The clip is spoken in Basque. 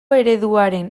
ereduaren